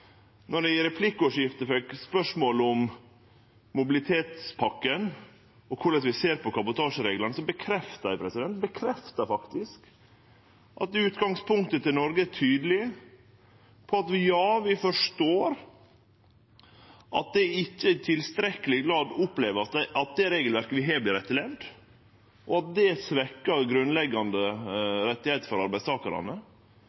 spørsmål om mobilitetspakka og korleis vi ser på kabotasjereglane, bekrefta eg faktisk at Noregs utgangspunkt er tydeleg: Ja, vi forstår at det ikkje i tilstrekkeleg grad vert opplevd at det regelverket vi har, vert etterlevd, og at det